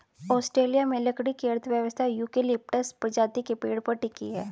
Australia में लकड़ी की अर्थव्यवस्था यूकेलिप्टस प्रजाति के पेड़ पर टिकी है